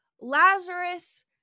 Lazarus